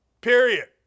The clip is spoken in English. Period